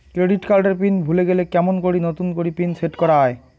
Credit card এর pin ভুলে গেলে কেমন করি নতুন পিন সেট করা য়ায়?